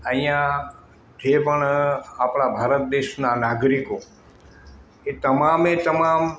અહીંયા જે પણ આપણા ભારત દેશના નાગરિકો એ તમામે તમામ